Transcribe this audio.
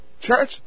Church